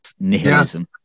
nihilism